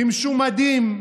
במשומדים,